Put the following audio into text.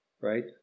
right